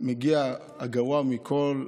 מגיע הגרוע מכול,